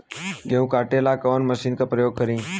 गेहूं काटे ला कवन मशीन का प्रयोग करी?